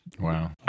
Wow